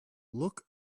look